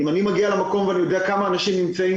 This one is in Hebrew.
אם אני מגיע למקום ויודע כמה אנשים נמצאים